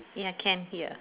ya can hear